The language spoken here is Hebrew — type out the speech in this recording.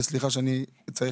וסליחה שאני צריך לרוץ.